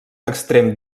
extrem